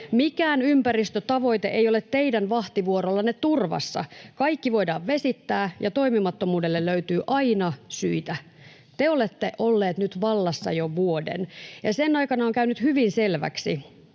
Mikään ympäristötavoite ei ole teidän vahtivuorollanne turvassa, kaikki voidaan vesittää, ja toimimattomuudelle löytyy aina syitä. Te olette olleet nyt vallassa jo vuoden, ja sen aikana on käynyt hyvin selväksi,